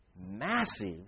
massive